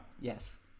Yes